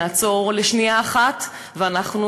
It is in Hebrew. נעצור לשנייה אחת, ואנחנו